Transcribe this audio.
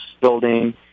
building